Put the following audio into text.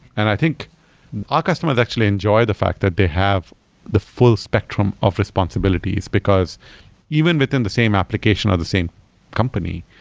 and i think our ah customers actually enjoy the fact that they have the full spectrum of responsibilities, because even within the same application or the same company,